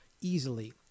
easily